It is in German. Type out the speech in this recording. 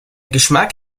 geschmack